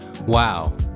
Wow